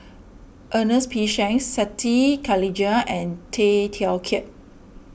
Ernest P Shanks Siti Khalijah and Tay Teow Kiat